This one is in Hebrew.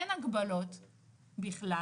אין הגבלות בכלל